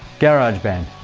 garageband.